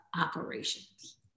operations